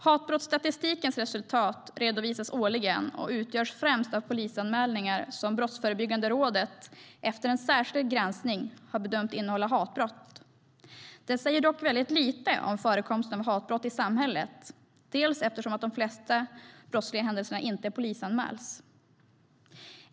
Hatbrottsstatistikens resultat redovisas årligen och utgörs främst av polisanmälningar som Brottsförebyggande rådet efter en särskild granskning har bedömt innehålla hatbrott. Det säger dock väldigt lite om förekomsten av hatbrott i samhället eftersom de flesta brottsliga händelser inte polisanmäls.